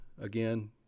again